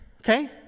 okay